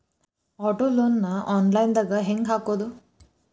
Auto loan ನ online ನ್ಯಾಗ್ ಹೆಂಗ್ ಹಾಕೊದು?